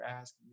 ask